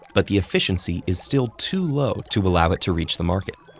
but the efficiency is still too low to allow it to reach the market.